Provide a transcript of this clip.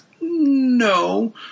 No